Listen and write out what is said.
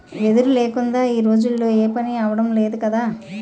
వెదురు లేకుందా ఈ రోజుల్లో ఏపనీ అవడం లేదు కదా